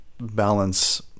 balance